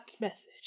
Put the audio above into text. message